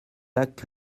lac